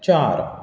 चार